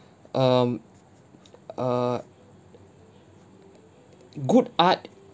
um err good art